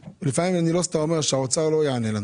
לפעמים אני לא סתם אומר, שהאוצר לא יענה לנו.